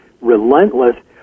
relentless